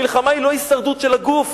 המלחמה היא לא הישרדות של הגוף.